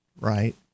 right